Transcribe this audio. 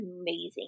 amazing